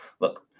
Look